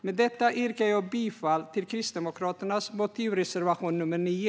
Med detta yrkar jag bifall till Kristdemokraternas motivreservation nr 9.